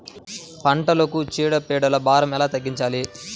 పంటలకు చీడ పీడల భారం ఎలా తగ్గించాలి?